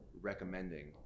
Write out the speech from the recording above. recommending